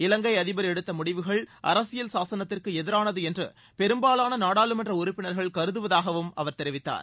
இவங்கை அதிபா் எடுத்த முடிவுகள் அரசியல் சாசனத்திற்கு எதிரானது என்று பெரும்பாவான நாடாளுமன்ற உறுப்பினர்கள் கருதுவதாகவும் அவர் தெரிவித்தார்